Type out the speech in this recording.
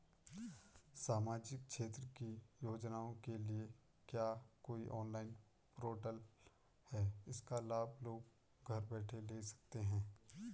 सामाजिक क्षेत्र की योजनाओं के लिए क्या कोई ऑनलाइन पोर्टल है इसका लाभ लोग घर बैठे ले सकते हैं?